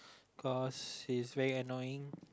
cause he's very annoying